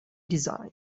design